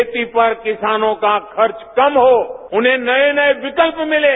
खेती पर किसानों का खर्च कम हो उन्हें नये नये विकल्प मिलें